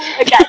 Okay